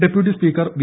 deputy speaker V